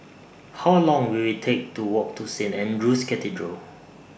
How Long Will IT Take to Walk to Saint Andrew's Cathedral